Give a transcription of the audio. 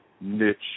niche